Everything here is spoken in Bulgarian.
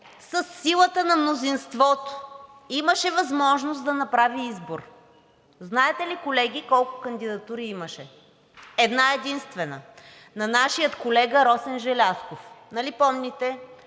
силата на мнозинството имаше възможност да направи избор. Знаете ли, колеги, колко кандидатури имаше? Една-единствена – на нашия колега Росен Желязков. Нали помните,